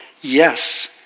yes